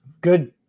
Good